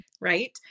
right